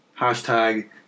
hashtag